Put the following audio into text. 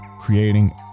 creating